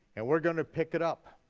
and we're gonna pick it up